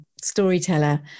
storyteller